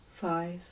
five